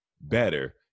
better